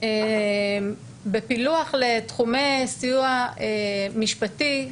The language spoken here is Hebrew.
בפילוח לתחומי סיוע משפטי,